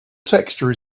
texture